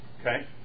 okay